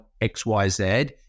XYZ